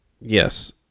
Yes